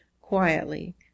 quietly